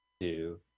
two